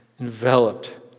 enveloped